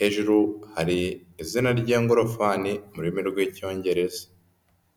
hejuru hari izina ry'iyo ngorofani mu rurimi rw'Icyongereza.